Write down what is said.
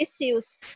issues